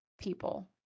people